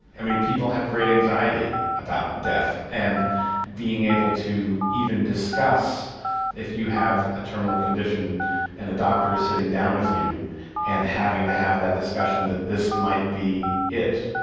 and people have great anxiety about death. and being able to even discuss if you have a terminal condition and the doctor is sitting down with you and having to have that discussion, that this might be it,